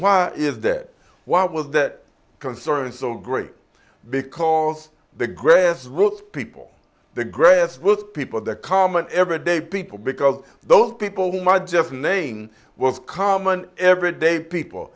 why is that why was that concern so great because the grass roots people the grass with people the common everyday people because those people whom i just named was common everyday people